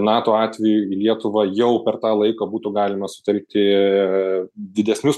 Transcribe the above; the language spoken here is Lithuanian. nato atveju lietuva jau per tą laiką būtų galima sutelkti didesnius